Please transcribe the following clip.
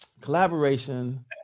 collaboration